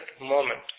moment